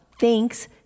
thanks